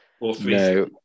No